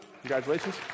Congratulations